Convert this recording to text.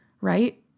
right